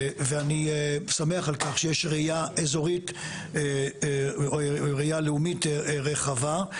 ואני שמח על כך שיש ראייה אזורית וראייה לאומית רחבה.